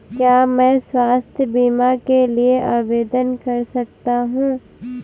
क्या मैं स्वास्थ्य बीमा के लिए आवेदन कर सकता हूँ?